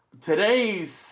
today's